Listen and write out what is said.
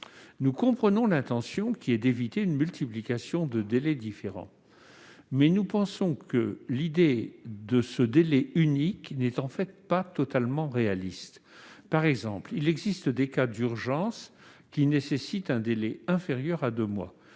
nous comprenons l'intention, qui est d'éviter une multiplication de délais différents, nous pensons que l'idée de ce délai unique n'est pas totalement réaliste. Il existe en effet des cas d'urgence qui nécessitent un délai inférieur à deux mois.